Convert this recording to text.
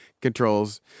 controls